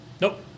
Nope